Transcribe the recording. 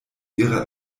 ihrer